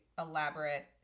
elaborate